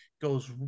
goes